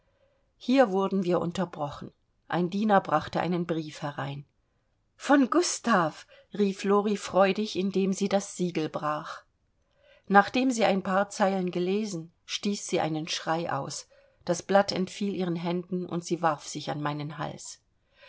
hier wurden wir unterbrochen ein diener brachte einen brief herein von gustav rief lori freudig indem sie das siegel brach nachdem sie ein paar zeilen gelesen stieß sie einen schrei aus das blatt entfiel ihren händen und sie warf sich an meinen hals